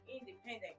Independent